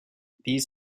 these